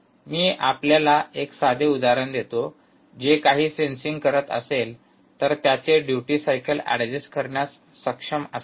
मी आपल्याला एक साधे उदाहरण देतो जे काही सेन्सिंग करीत असेल तर ते त्याचे डयुटी सायकल ऍडजस्ट करण्यास सक्षम असावे